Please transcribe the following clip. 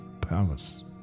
palace